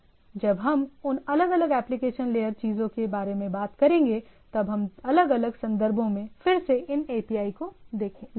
जब हम उन अलग अलग एप्लिकेशन लेयर चीजों के बारे में बात करेंगेतब हम अलग अलग संदर्भों में फिर से इन API को लेंगे